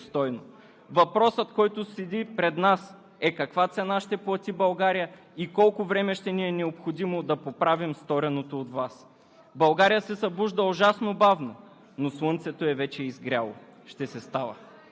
Ще останете в историята с позорния си край и упорития отказ да го приемете достойно. Въпросът, който седи пред нас, е каква цена ще плати България и колко време ще ни е необходимо да поправим стореното от Вас?